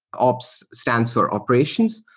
ops stands for operations.